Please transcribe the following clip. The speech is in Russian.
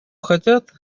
хотят